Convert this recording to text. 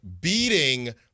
beating